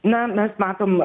na mes matom